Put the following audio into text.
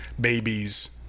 babies